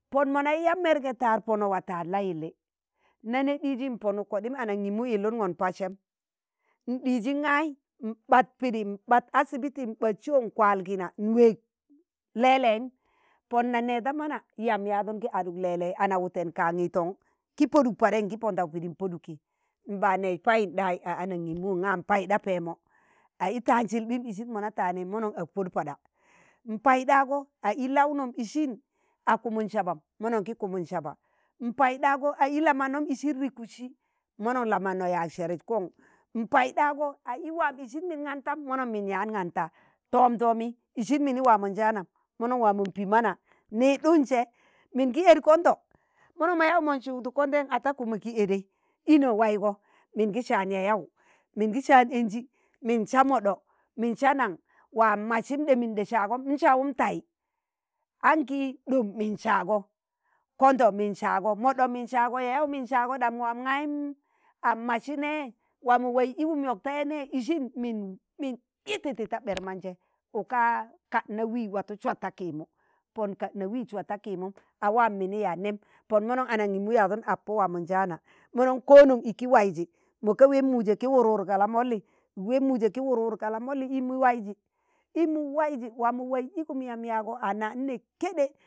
pon mana ya mẹrgẹ tar Pọno wa tạad la yili, na nẹ ɗiji npọnụk kọɗim anaṇgimu yilụngọn padsẹm nɗizin gai mbat pidi mbat asibiti mbat so n'kwal kina n'weeg le leem pọn na nee da mana yam yaadụn gi adụk lẹ lẹi ana- wụtẹn kangitoṇ ki poduk padi ngi pondau pidi poduki m'ba neez payinɗai a anaṇgimu ṇga npaiɗa pẹẹmọ a i tạan silipim isin mona taani monoṇ ak pod pada, npaiɗago a i laụnọm isin a kumun sabam mọnnọn ki kumun saba, npaiɗago a i la manon isin rikudsi monon la manọ yaag serus koṇ, npaidago a i waam isin min kantam mọnọn min yaan kanta toom doomi isin mini waamọn jaanam mọnọn waa mọ pii mana niɗɗun sẹ min gi ed kọndọ mọnọn mọ yaa n'ssugdu kọndi n ataku ma ɓa gi edei ino waigọ min gi saan yaụ-yaụ, min gi saan enji, min saa mọɗọ, min saa naṇ waam a masin ɗemin ɗa saagọm n'sawụm tai, anki ɗom min saagọ kondọ min saagọ moɗo min sạago yayau min sạago ɗam waam ṇgayum am masi ne? waa mu waiz igum yọk na tẹi ne? isin min yititi ta ɓer manjẹ uka kaɗna wii watu swad ta kiimu, pon kaɗna wii swad ta kiimu a waam mini yaa nem, pon mọnọn anangimu yadun ap pọ waamọnjaana mọnọn ko non iki waiji mọ ka we muje ki wur- wur ka la molni, kawe muje ki wur- wur ga la molni imu waiji, imu waiji wamon waij igum yam yaagọ ana ine keɗe,